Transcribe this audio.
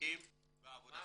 מועסקים בעבודה.